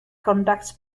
conducts